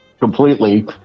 completely